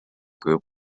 group